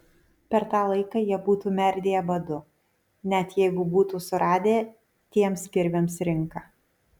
per tą laiką jie būtų merdėję badu net jeigu būtų suradę tiems kirviams rinką